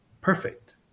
perfect